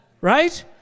Right